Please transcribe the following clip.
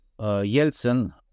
Yeltsin